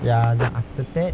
ya then after that